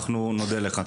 אנחנו נודה לך.